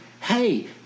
Hey